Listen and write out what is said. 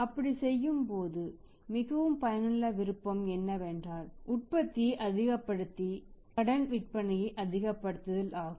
அப்படி செய்யும்போது மிகவும் பயனுள்ள விருப்பம் என்னவென்றால் உற்பத்தியை அதிகப்படுத்தி கடன் விற்பனையை அதிகப்படுத்துதல் ஆகும்